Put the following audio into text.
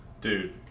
Dude